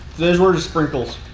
today's word is sprinkles.